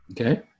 okay